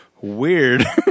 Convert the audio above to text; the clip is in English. Weird